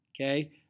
Okay